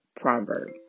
proverb